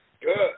Good